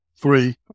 Three